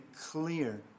clear